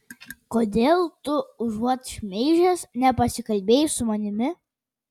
kodėl tu užuot šmeižęs nepasikalbėjai su manimi